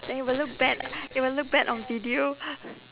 then it will look bad it will look bad on video